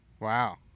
wow